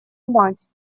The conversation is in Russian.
мать